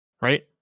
right